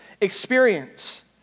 experience